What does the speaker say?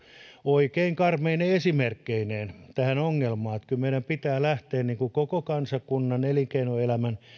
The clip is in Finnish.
oikein karmeine esimerkkeineen tähän ongelmaan kyllä meidän pitää lähteä koko kansakunnan elinkeinoelämän